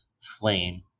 flame